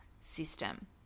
system